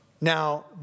Now